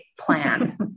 plan